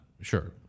Sure